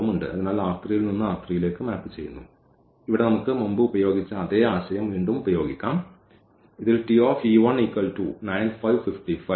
അതിനാൽ ഇത് ൽ നിന്ന് ലേക്ക് മാപ്പുചെയ്യുന്നു ഇവിടെ നമുക്ക് മുമ്പ് ഉപയോഗിച്ച അതേ ആശയം വീണ്ടും ഉപയോഗിക്കാം ഇവിടെ